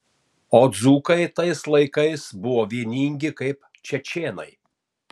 o dzūkai tais laikais buvo vieningi kaip čečėnai